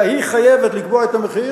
אלא היא חייבת לקבוע את המחיר.